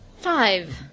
Five